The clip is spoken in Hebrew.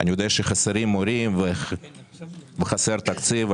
אני יודע שחסרים מורים וחסר תקציב.